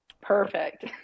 Perfect